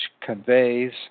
conveys